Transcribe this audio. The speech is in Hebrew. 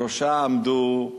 בראשה עמדו,